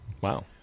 Wow